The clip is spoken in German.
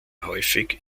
häufig